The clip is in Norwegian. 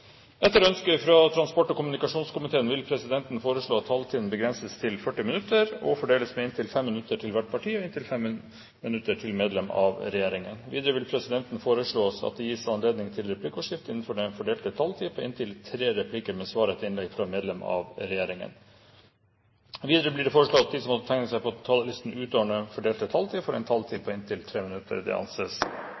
Etter ønske fra transport- og kommunikasjonskomiteen vil presidenten foreslå at taletiden begrenses til 40 minutter og fordeles med inntil 5 minutter til hvert parti og inntil 5 minutter til medlem av regjeringen. Videre vil presidenten foreslå at det gis anledning til replikkordskifte på inntil tre replikker med svar etter innlegg fra medlem av regjeringen innenfor den fordelte taletid. Videre blir det foreslått at de som måtte tegne seg på talerlisten utover den fordelte taletid, får en taletid